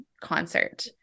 concert